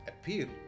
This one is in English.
appear